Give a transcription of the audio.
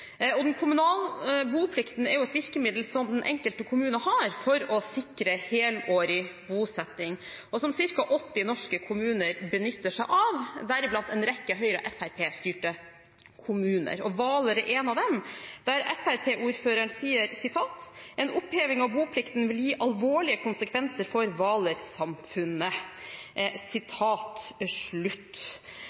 med. Den kommunale boplikten er et virkemiddel som den enkelte kommunen har for å sikre helårig bosetting, som ca. 80 norske kommuner benytter seg av, deriblant en rekke Høyre–Fremskrittsparti-styrte kommuner. Hvaler er en av dem, der Fremskrittsparti-ordføreren sier: «En oppheving av boplikten vil gi alvorlige konsekvenser for